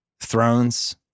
Thrones